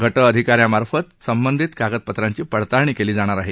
गटअधिका यांमार्फत संबंधिक कागदपत्रांची पडताळणी केली जाणार आहे